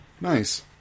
nice